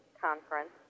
conference